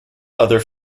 other